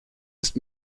ist